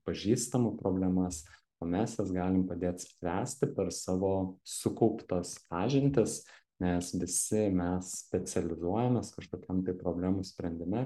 pažįstamų problemas o mes jas galim padėt spręsti per savo sukauptas pažintis nes visi mes specializuojamės kažkokiam tai problemų sprendime